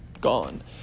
gone